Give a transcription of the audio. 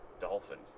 Dolphins